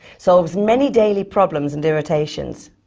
solves many daily problems and irritations.